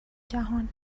جهان